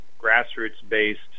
grassroots-based